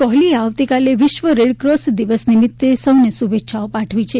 કોહલીએ આવતીકાલે વિશ્વ રેડકોસ દિવસ નિમિત્તે સૌને શુભેચ્છા પાઠવી છે